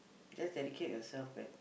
just dedicate yourself back